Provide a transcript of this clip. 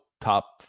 top